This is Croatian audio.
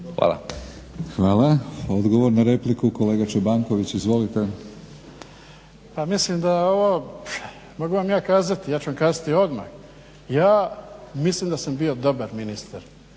(HNS)** Hvala. Odgovor na repliku kolega Čobanković, izvolite. **Čobanković, Petar (HDZ)** Pa mislim da je ovo mogu vam ja kazati, ja ću vam kazati odmah. Ja mislim da sam bio dobar ministar